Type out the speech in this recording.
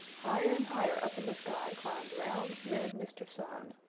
higher and higher up in the sky climbed round, red mr. sun.